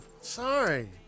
Sorry